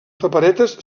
paperetes